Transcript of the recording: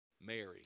Mary